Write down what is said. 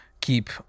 keep